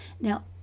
Now